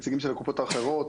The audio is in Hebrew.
הנציגים של הקופות האחרות.